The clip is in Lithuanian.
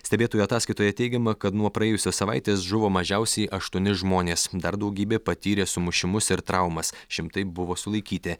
stebėtojų ataskaitoje teigiama kad nuo praėjusios savaitės žuvo mažiausiai aštuoni žmonės dar daugybė patyrė sumušimus ir traumas šimtai buvo sulaikyti